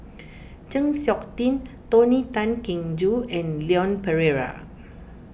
Chng Seok Tin Tony Tan Keng Joo and Leon Perera